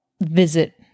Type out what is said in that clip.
visit